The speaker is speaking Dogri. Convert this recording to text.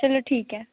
चलो ठीक ऐ